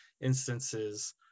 instances